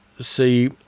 see